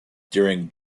during